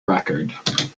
record